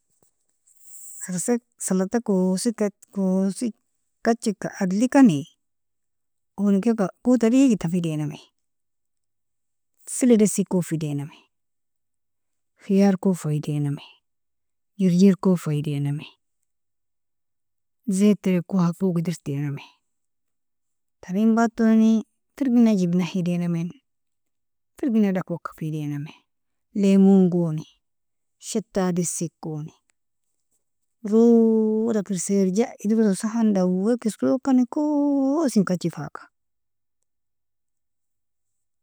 salata kosika kosi kachika adlikane, owolin kailka guta digidta fa idainame, fille dessi kon fa idainame, khyar kon fa idainame, jirjir kon fa idainame, zait terek kon ha fog idirr teaname, tarin batoni, firgina jibna ha idainame, firgina dakwak fa idainame, limun goni, shetta dessi kon, noroda kir searja idrosa sahan daweak iskirokani kosin kachi faga.